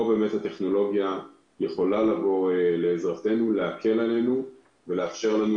פה הטכנולוגיה כן יכולה לבוא לעזרתנו ולאפשר לנו